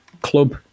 club